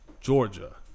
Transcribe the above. Georgia